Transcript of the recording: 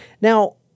Now